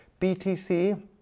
BTC